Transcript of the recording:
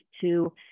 to-